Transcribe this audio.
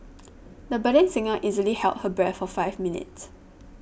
the budding singer easily held her breath for five minutes